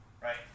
right